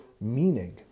meaning